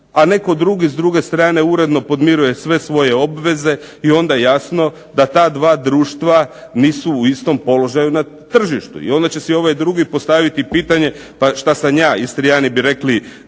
a netko drugi s druge strane uredno podmiruje sve svoje obveze i onda jasno da ta društva nisu u istom položaju na tržištu. I onda će si ovaj drugi postaviti pitanje, pa što sam ja istrijani bi rekli